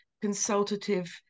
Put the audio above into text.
consultative